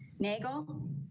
nagel adam